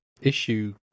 issue